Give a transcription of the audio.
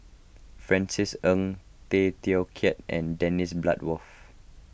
Francis Ng Tay Teow Kiat and Dennis Bloodworth